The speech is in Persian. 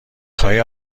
خواهی